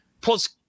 Plus